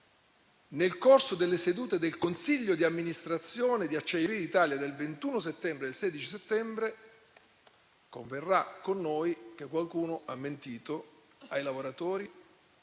nel corso delle sedute del consiglio di amministrazione di Acciaierie d'Italia del 21 settembre e del 16 ottobre 2023, converrà con noi che qualcuno ha mentito ai lavoratori,